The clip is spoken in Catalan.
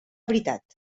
veritat